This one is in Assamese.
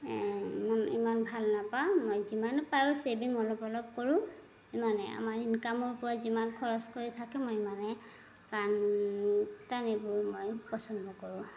মই ইমান ভাল নাপাওঁ মই যিমান পাৰোঁ চেভিং অলপ অলপ কৰোঁ ইমানে আমাৰ ইনকামৰ ওপৰত যিমান খৰচ কৰি থাকে মই ইমানেই এইবোৰ মই পচন্দ কৰোঁ